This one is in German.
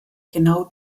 genau